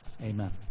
Amen